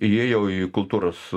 įėjau į kultūros